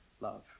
love